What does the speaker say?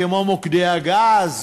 כמו מוקד הגז,